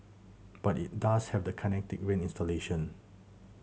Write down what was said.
but it does have the Kinetic Rain installation